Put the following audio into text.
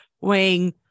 weighing